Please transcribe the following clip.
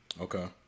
Okay